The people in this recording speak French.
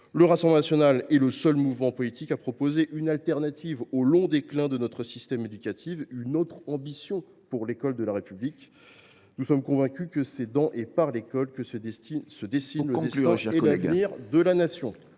Le Rassemblement national est le seul mouvement politique à proposer une alternative au long déclin de notre système éducatif, une autre ambition pour l’école de la République. Nous sommes convaincus que c’est dans et par l’école que se dessinent le destin et l’avenir de la Nation.